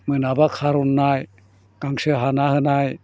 मोनाबा खार'ननाय गांसो हाना होनाय